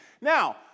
Now